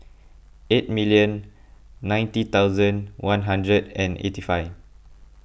eight million ninety thousand one hundred and eighty five